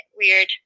weird